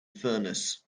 furness